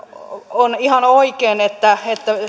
on ihan oikein että